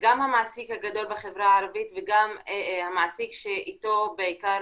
גם המעסיק הגדול בחברה הערבית וגם המעסיק שאיתו בעיקר